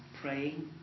praying